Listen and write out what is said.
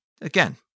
Again